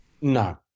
No